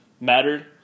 mattered